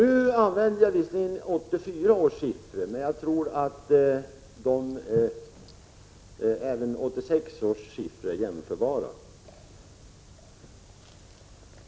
Nu använder jag visserligen 1984 års siffror, men jag tror att 1986 års siffror är jämförbara.